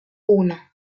uno